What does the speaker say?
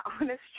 honest